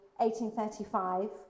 1835